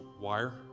wire